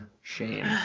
Shame